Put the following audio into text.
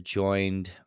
joined